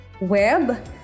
web